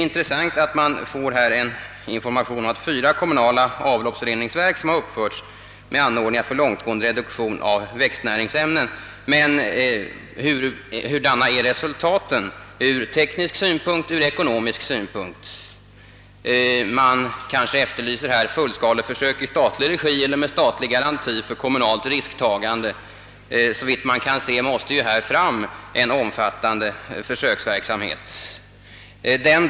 Intressant är att vi i interpellationssvaret får information om att »fyra kommunala avloppsreningsverk uppförts med anordningar för långtgående reduktion av växtnäringsämnen». Men hurdana är resultaten ur teknisk synpunkt och ur ekonomisk synpunkt? Man kan efterlysa fullskaleförsök i statlig regi eller med statlig garanti för kommunalt risktagande; såvitt man kan se måste ju en omfattande försöksverksamhet komma till stånd.